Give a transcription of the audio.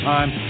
Time